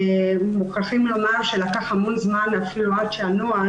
מוכרחים לומר שלקח המון זמן אפילו עד שהנוהל